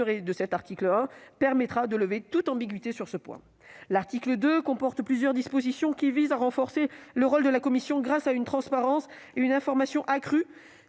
de cet article 1 permettrait de lever toute ambiguïté sur ce point. L'article 2 comporte plusieurs dispositions qui tendent à renforcer le rôle de la commission, grâce à une transparence et une information accrues.